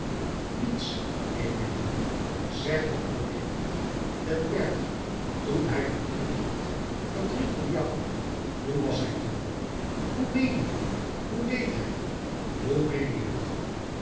niets emilie zeg me alleen den bergh toen hij verdriet had verdriet om jou hoe was hij toen hoe meen je hoe deed hij hoe meen je